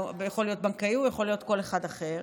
הוא יכול להיות בנקאי והוא יכול להיות כל אחד אחר,